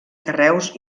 carreus